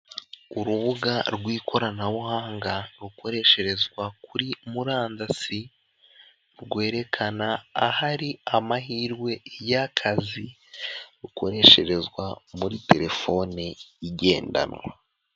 Urubuga rw'ikoranabuhanga rukoreshezwa kuri murandasi, rwerekana ahari amahirwe y'akazi, rukoresherezwa muri telefone igendanwa.